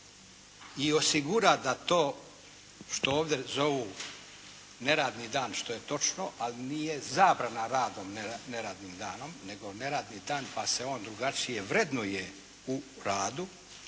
i osigura da to što ovdje zovu neradni dan što je točno, ali nije zabrana radom neradnim danom, nego neradni dan pa se on drugačije vrednuje u radu.